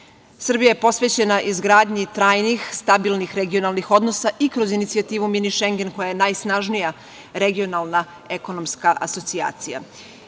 Srbija je posvećena izgradnji trajnih, stabilnih regionalnih odnosa i kroz inicijativu mini Šengen koja je najsnažnija regionalna ekonomska asocijacija. Mi